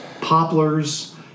Poplars